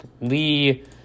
Lee